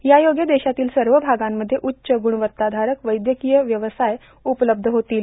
यायोगे देशातील सर्व भागांमध्ये उच्च ग्रुणवत्ताधारक वैद्यकीय व्यवसाय उपलब्ध होतील